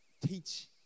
teach